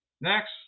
Next